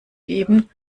geben